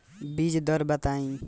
बीज दर बताई?